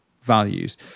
values